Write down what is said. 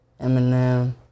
Eminem